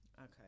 Okay